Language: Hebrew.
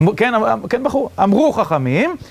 כן, כן, בחור, אמרו חכמים.